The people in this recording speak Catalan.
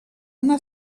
una